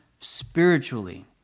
spiritually